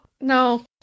no